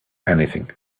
anything